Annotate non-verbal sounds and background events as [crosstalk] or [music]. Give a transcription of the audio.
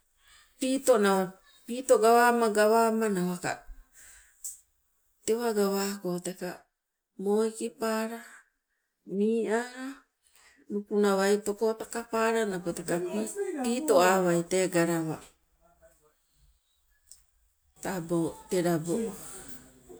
Piito nawa, piito gawama gawamanawaka. Tewa gawako teka moo ikipala, mii ala, nukuna waitoko takapala napo teka [noise] piito awai tee galawa. Tabo te labo.